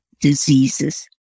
diseases